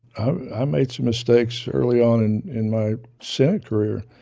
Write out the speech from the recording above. i made some mistakes early on in my senate career.